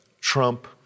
Trump